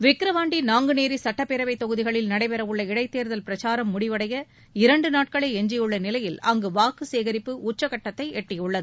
விக்கிரவாண்டி நாங்குநேரி சட்டப்பேரவைத் தொகுதிகளில் நடைபெறவுள்ள இடைத்தேர்தல் பிரச்சாரம் முடிவடைய இரண்டு நாட்களே உள்ள நிலையில் அங்கு வாக்கு சேகரிப்பு உச்ச கட்டத்தை எட்டியுள்ளது